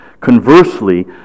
Conversely